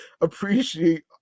appreciate